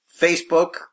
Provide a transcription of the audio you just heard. Facebook